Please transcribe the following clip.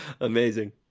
Amazing